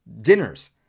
dinners